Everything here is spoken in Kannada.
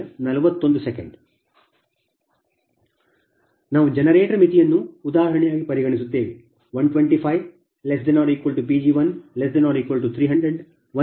ನಾವು ಜನರೇಟರ್ ಮಿತಿಯನ್ನು ಉದಾಹರಣೆಯಾಗಿ ಪರಿಗಣಿಸುತ್ತೇವೆ